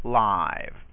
live